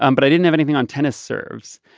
um but i didn't have anything on tennis serves.